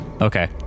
Okay